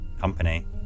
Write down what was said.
company